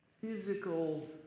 Physical